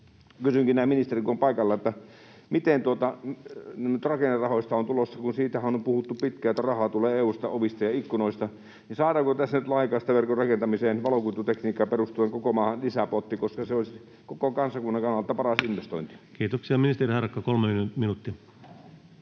näin kun ministeri on paikalla, miten tuolta rakennerahoista on tulossa. Siitähän on puhuttu pitkään, että rahaa tulee EU:sta ovista ja ikkunoista, niin saadaanko tässä nyt laajakaistaverkon rakentamiseen valokuitutekniikkaan perustuen koko maahan lisäpotti, koska se olisi koko kansakunnan kannalta paras investointi? [Speech 321] Speaker: Ensimmäinen